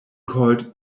called